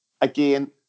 again